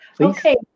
Okay